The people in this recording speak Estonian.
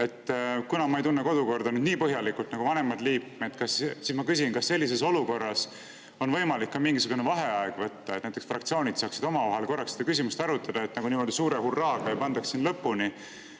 Kuna ma ei tunne kodukorda nii põhjalikult nagu vanemad liikmed, siis ma küsin, kas sellises olukorras on võimalik ka mingisugune vaheaeg võtta, et fraktsioonid saaksid omavahel korraks seda küsimust arutada, selleks et niimoodi suure hurraaga ei [mindaks] siin